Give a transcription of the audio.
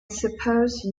suppose